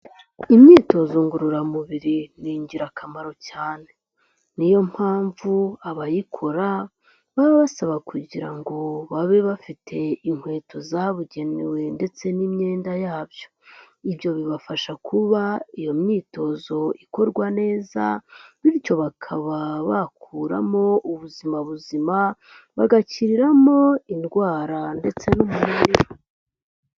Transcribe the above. Imyitozo ngororamubiri ni ingirakamaro cyane. Ni yo mpamvu abayikora baba basaba kugira ngo babe bafite inkweto zabugenewe ndetse n'imyenda yabyo. Ibyo bibafasha kuba iyo myitozo ikorwa neza bityo bakaba bakuramo ubuzima buzima bagakiriramo indwara ndetse n'umunaniro.